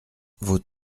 vos